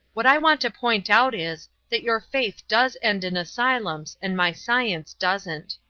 what i want to point out is, that your faith does end in asylums and my science doesn't.